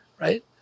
right